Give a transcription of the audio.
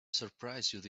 surprised